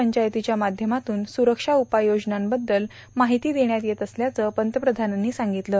पंचायतीच्या माध्यमातून सुरक्षा उपाययोजनांबद्दल माहिती देण्यात येत असल्याचं पंतप्रधानांनी सांगितलं